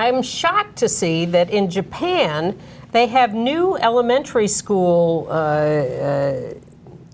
am shocked to see that in japan they have new elementary school